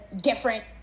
different